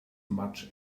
much